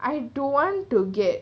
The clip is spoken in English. I don't want to get